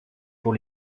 pour